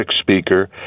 speaker